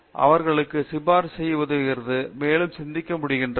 எனவே அவர்களுக்கு சிபாரிசு செய்ய உதவுகிறது மேலும் அவர் சிந்திக்க முடிகிறது